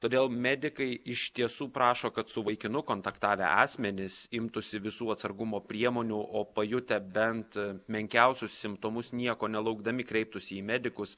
todėl medikai iš tiesų prašo kad su vaikinu kontaktavę asmenys imtųsi visų atsargumo priemonių o pajutę bent menkiausius simptomus nieko nelaukdami kreiptųsi į medikus